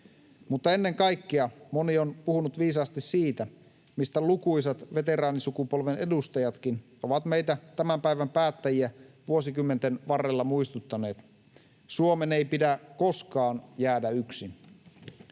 Mutta ennen kaikkea moni on puhunut viisaasti siitä, mistä lukuisat veteraanisukupolven edustajatkin ovat meitä tämän päivän päättäjiä vuosikymmenten varrella muistuttaneet: Suomen ei pidä koskaan jäädä yksin.